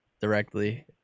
directly